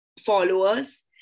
followers